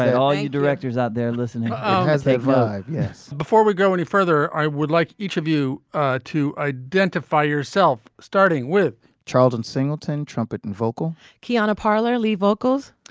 all you directors out there listening has that vibe. yes. before we go any further i would like each of you to identify yourself starting with charlton singleton trumpet and vocal kiana parlor lead vocals.